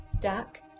Duck